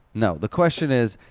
no, the question is,